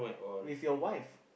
with your wife